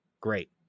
great